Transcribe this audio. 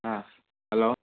ꯑ ꯍꯜꯂꯣ